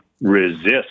resist